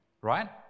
right